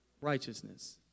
righteousness